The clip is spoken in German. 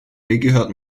gehört